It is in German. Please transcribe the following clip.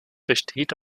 besteht